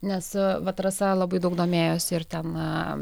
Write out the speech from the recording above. nes vat rasa labai daug domėjosi ir ten